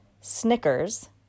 snickers